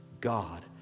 God